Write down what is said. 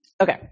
Okay